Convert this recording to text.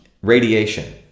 radiation